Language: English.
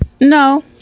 No